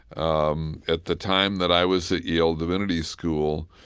um at the time that i was at yale divinity school,